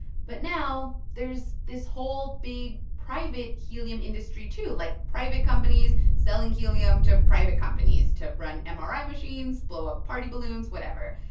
but now there's this whole big private helium industry, too like, private companies selling helium to private companies to run and mri machines, blow up party balloons, whatever.